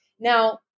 Now